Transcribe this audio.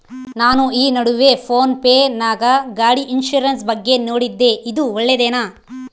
ನಾನು ಈ ನಡುವೆ ಫೋನ್ ಪೇ ನಾಗ ಗಾಡಿ ಇನ್ಸುರೆನ್ಸ್ ಬಗ್ಗೆ ನೋಡಿದ್ದೇ ಇದು ಒಳ್ಳೇದೇನಾ?